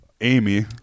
Amy